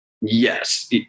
Yes